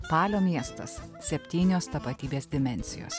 palio miestas septynios tapatybės dimensijos